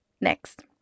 Next